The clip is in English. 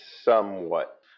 Somewhat